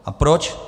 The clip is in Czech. A proč?